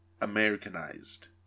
Americanized